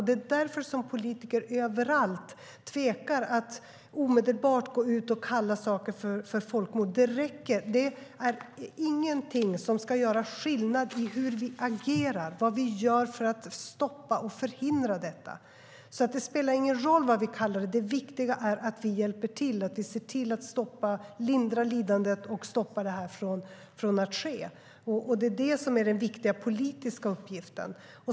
Det är därför som politiker överallt tvekar att omedelbart gå ut och kalla något för folkmord. Det ska dock inte göra skillnad i hur vi agerar och vad vi gör för att förhindra detta. Det spelar ingen roll vad vi kallar det. Det viktiga är att vi hjälper till och ser till att lindra lidandet och stoppa detta från att ske. Det är den viktiga politiska uppgiften.